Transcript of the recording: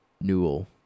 Newell